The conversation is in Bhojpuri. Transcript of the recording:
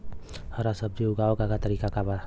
हरा सब्जी उगाव का तरीका बताई?